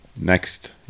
next